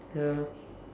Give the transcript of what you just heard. ya